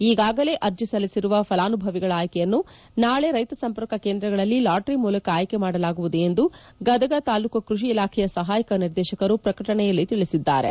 ಈಗಾಗಲೇ ಅರ್ಜಿ ಸಲ್ಲಿಸಿರುವ ಫಲಾನುಭವಿಗಳ ಆಯ್ಕೆಯನ್ನು ನಾಳೆ ರೈತ ಸಂಪರ್ಕ ಕೇಂದ್ರಗಳಲ್ಲಿ ಲಾಟರಿ ಮೂಲಕ ಆಯ್ಲಿ ಮಾಡಲಾಗುವುದು ಎಂದು ಗದಗ ತಾಲೂಕು ಕೃಷಿ ಇಲಾಖೆಯ ಸಹಾಯಕ ನಿರ್ದೇಶಕರು ಪ್ರಕಟಣೆಯಲ್ಲಿ ತಿಳಿಸಿದ್ದಾರೆ